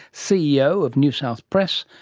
ceo of newsouth press,